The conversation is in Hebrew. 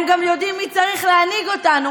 הם גם יודעים מי צריך להנהיג אותנו,